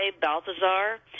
Balthazar